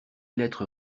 lettres